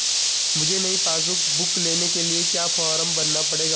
मुझे नयी passbook book लेने के लिए क्या फार्म भरना पड़ेगा?